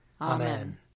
Amen